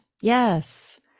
yes